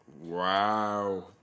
Wow